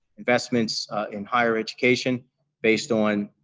investments in higher education based on